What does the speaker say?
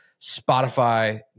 Spotify